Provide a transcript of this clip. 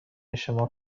شما